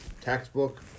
textbook